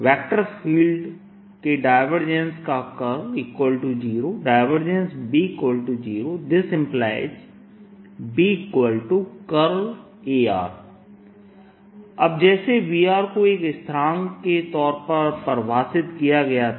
vector field के divergence का curl B0 BA अब जैसे V को एक स्थिरांक के तौर पर परिभाषित किया गया था